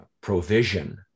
provision